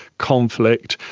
conflict,